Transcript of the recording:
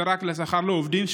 זה רק שכר לעובדים,